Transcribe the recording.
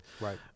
right